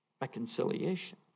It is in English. reconciliation